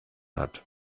hat